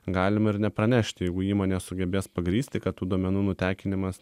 galima ir nepranešti jeigu įmonė sugebės pagrįsti kad tų duomenų nutekinimas